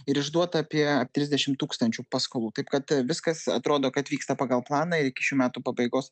ir išduota apie trisdešim tūkstančių paskolų taip kad viskas atrodo kad vyksta pagal planą ir iki šių metų pabaigos